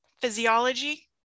physiology